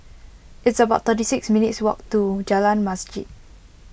it's about thirty six minutes' walk to Jalan Masjid